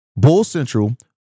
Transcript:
BULLCENTRAL